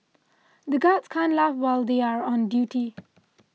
the guards can't laugh while they are on duty